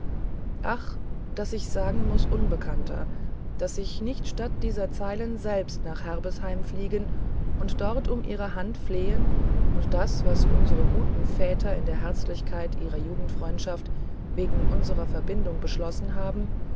ach daß ich sagen muß unbekannter daß ich nicht statt dieser zeilen selbst nach herbesheim fliegen und dort um ihre hand flehen und das was unsere guten väter in der herzlichkeit ihrer jugendfreundschaft wegen unserer verbindung beschlossen haben